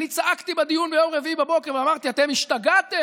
אני צעקתי בדיון ביום רביעי בבוקר ואמרתי: אתם השתגעתם?